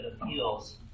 appeals